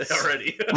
already